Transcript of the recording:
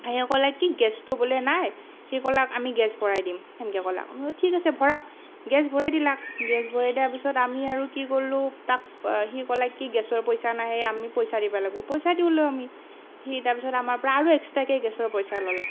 আহি ক'লে কি গেছটো বোলে নাই সি ক'লে আমি গেছ ভৰাই দিম সেনেকৈ ক'লে আমি বোলো ঠিক আছে গেছ ভৰাওক গেছ ভৰাই দিলে গেছ ভৰাই দিয়াৰ পিছত আমি আৰু কি কৰিলোঁ তাক সি ক'লে কি গেছৰ পইচা নাহে আমি পইচা দিব লাগিব পইচা দিলোঁ আমি সি তাৰপিছত আমাৰ পৰা আৰু এক্সট্ৰাকে গেছৰ পইচা ল'লে